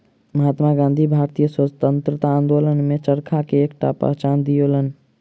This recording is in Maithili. महात्मा गाँधी भारतीय स्वतंत्रता आंदोलन में चरखा के एकटा पहचान दियौलैन